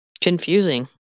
confusing